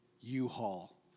U-Haul